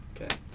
okay